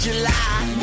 July